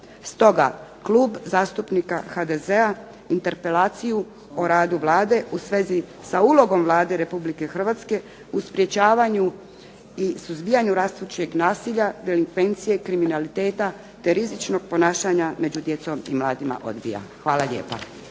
Stoga Klub zastupnika HDZ-a Interpelaciju o radu Vlade u svezi sa ulogom Vlada Republike Hrvatske u sprečavanju i suzbijanju rastućeg nasilja delikvencije, kriminaliteta, te rizičnog ponašanja među djecom i mladima odbija. Hvala lijepa.